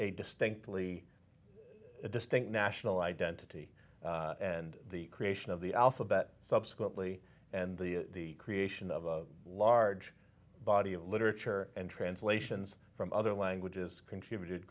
a distinctly distinct national identity and the creation of the alphabet subsequently and the creation of a large body of literature and translations from other languages contributed